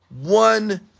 one